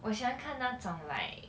我喜欢看那种 like